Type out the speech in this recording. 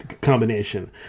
combination